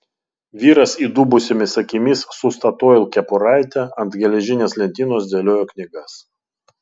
vyras įdubusiomis akimis su statoil kepuraite ant geležinės lentynos dėliojo knygas